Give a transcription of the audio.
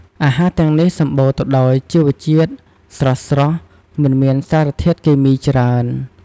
អាហារទាំងនេះសម្បូរទៅដោយជីវជាតិស្រស់ៗ មិនមានសារធាតុគីមីច្រើន។